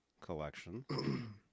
collection